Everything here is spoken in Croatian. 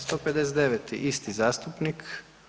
159. isti zastupnik.